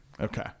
Okay